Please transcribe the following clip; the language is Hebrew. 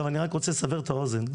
אני רק רוצה לסבר את האוזן,